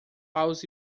paus